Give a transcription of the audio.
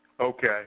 Okay